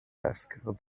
asked